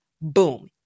Boom